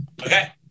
Okay